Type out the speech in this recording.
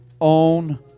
own